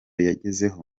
yagezeho